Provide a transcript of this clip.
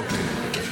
אוקיי.